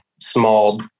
small